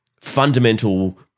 fundamental